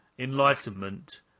enlightenment